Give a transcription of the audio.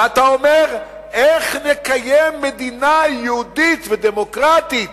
ואתה אומר: איך נקיים מדינה יהודית ודמוקרטית